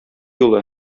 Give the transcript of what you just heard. юлы